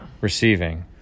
receiving